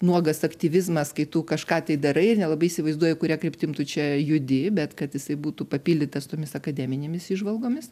nuogas aktyvizmas kai tu kažką tai darai ir nelabai įsivaizduoji kuria kryptim tu čia judi bet kad jisai būtų papildytas tomis akademinėmis įžvalgomis